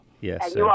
Yes